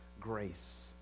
grace